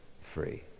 free